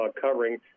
covering